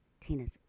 Tina's